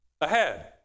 ahead